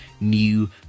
new